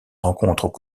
rencontrent